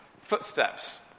footsteps